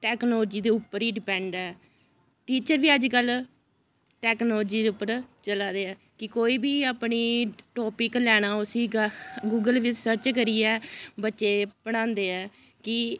technology दे उप्पर ही डिपैंड ऐ टीचर बी अज्जकल टैक्नोलोजी दे उप्पर चलादे ऐ कि कोई बी अपनी टोपिक लैना उसी गूगल बिच्च सर्च करियै बच्चें गी पढ़ांदे ऐ कि